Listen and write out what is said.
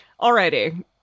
Alrighty